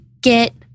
get